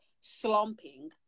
slumping